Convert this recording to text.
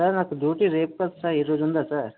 sir నాకు duty రేపు కదా సార్ ఈ రోజు ఉందా సార్